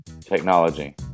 technology